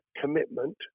commitment